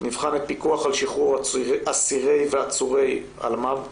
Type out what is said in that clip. נבחן את פיקוח על שחרור על אסירי ועצורי אלמ"ב,